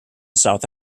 south